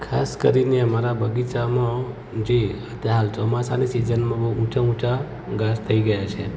ખાસ કરીને મારા બગીચામાં જે અત્યારે હાલ ચોમાસાની સીઝનમાં બહુ ઊંચા ઊંચા ઘાસ થઇ ગયા છે